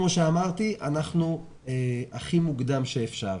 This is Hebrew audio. כמו שאמרתי, הכי מוקדם שאפשר.